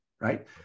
right